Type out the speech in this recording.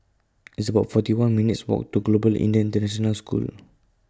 It's about forty one minutes' Walk to Global Indian International School